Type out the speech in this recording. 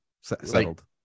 settled